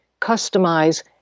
customize